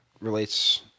relates